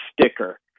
sticker